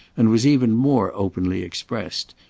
and was even more openly expressed,